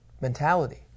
mentality